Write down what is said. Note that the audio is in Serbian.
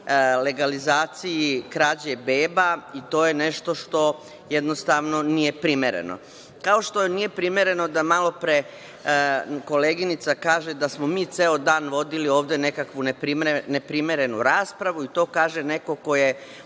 legalizaciji krađe beba i to je nešto što jednostavno nije primereno, kao što nije primereno da malopre koleginica kaže da smo mi ceo dan vodili ovde nekakvu neprimerenu raspravu i to kaže neko ko je